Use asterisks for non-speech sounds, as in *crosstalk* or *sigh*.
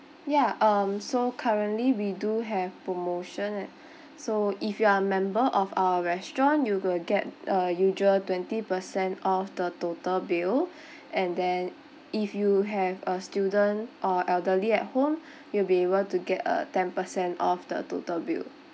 ya um so currently we do have promotion and so if you are a member of our restaurant you will get a usual twenty percent off the total bill *breath* and then if you have a student or elderly at home you'll be able to get a ten percent off the total bill